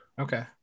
Okay